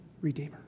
redeemer